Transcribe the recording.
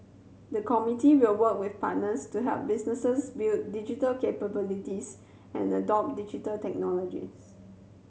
the committee will work with partners to help businesses build digital capabilities and adopt Digital Technologies